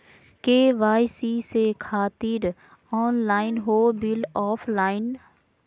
KYC से खातिर online हो बिल ऑफलाइन?